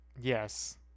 Yes